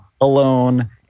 alone